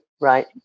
right